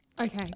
okay